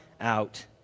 out